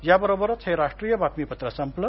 याबरोबरच हे राष्ट्रीय बातमीपत्र संपलं